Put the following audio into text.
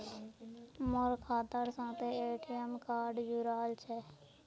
मोर खातार साथे ए.टी.एम कार्ड जुड़ाल छह